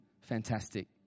fantastic